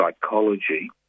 psychology